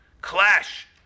clash